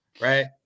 Right